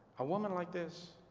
a woman like this